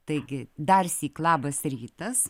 taigi darsyk labas rytas